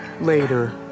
Later